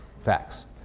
facts